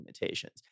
limitations